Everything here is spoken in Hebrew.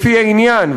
לפי העניין,